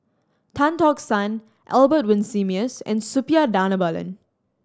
Tan Tock San Albert Winsemius and Suppiah Dhanabalan